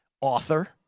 author